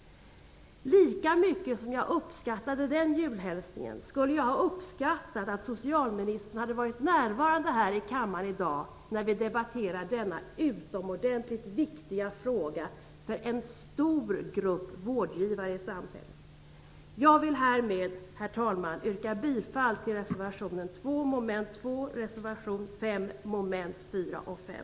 Lika mycket som jag uppskattade den julhälsningen skulle jag ha uppskattat om socialministern hade varit närvarande här i kammaren i dag när vi debatterar denna fråga som är utomordentligt viktig för en stor grupp vårdgivare i samhället. Herr talman! Härmed vill jag yrka bifall till reservation 2 under mom. 2 och reservation 5 under mom.